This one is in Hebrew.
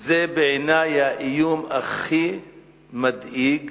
בעיני זה האיום הכי מדאיג